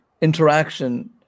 interaction